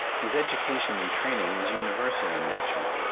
his education and training was universal in nature,